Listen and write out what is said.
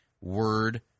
word